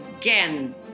again